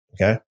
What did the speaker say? Okay